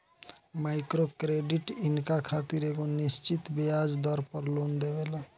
micro credit इनका खातिर एगो निश्चित ब्याज दर पर लोन देवेला